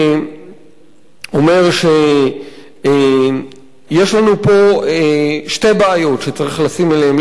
אני אומר שיש לנו פה שתי בעיות שצריך לשים אליהן לב: